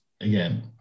again